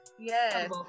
Yes